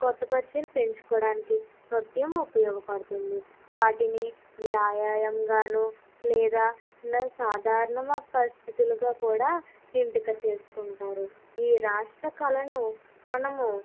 కొత్త పరిచయాలు పెంచుకోవడానికి నృత్యం ఉపయోగపడుతుంది వాటిని వ్యాయాయం గాను లేదా సాధారణ పరిస్థితులుగా కూడా ఎంపిక చేసుకుంటారు ఈ రాష్ట్ర కలను మనము